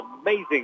amazing